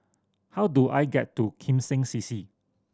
how do I get to Kim Seng C C